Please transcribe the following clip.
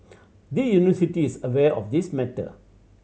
the University is aware of this matter